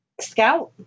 Scout